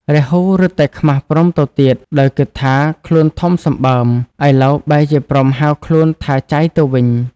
រាហូរឹតតែខ្មាសព្រហ្មទៅទៀត ដោយគិតថាខ្លួនធំសម្បើម ឥឡូវបែរជាព្រហ្មហៅខ្លួនថា "ចៃ" ទៅវិញ។